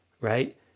right